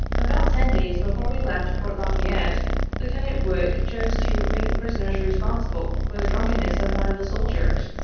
about ten days before we left fort la fayette, lieu tenant wood chose to make the prisoners responsible for the drunkenness of one of the soldiers,